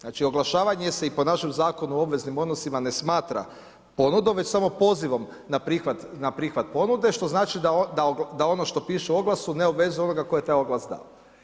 Znači oglašavanje se i po našem Zakonu o obveznim odnosima ne smatra ponudom već samo pozivom na prihvat, na prihvat ponude što znači da ono što piše u oglasu ne obvezuje onoga koji je taj oglas dao.